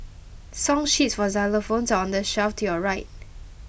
song sheets for xylophones are on the shelf to your right